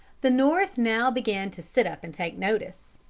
the north now began to sit up and take notice.